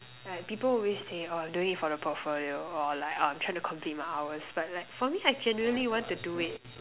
like people always say oh I'm doing it for the portfolio or like I'm trying to complete my hours but like for me I genuinely want to do it